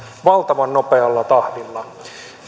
valtavan nopealla tahdilla